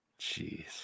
Jeez